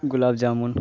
gulab jamun